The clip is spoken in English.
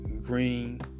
green